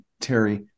Terry